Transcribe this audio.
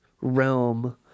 realm